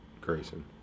Grayson